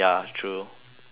but I thought